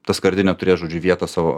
ta skardinė turės žodžiu vietą savo